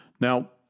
Now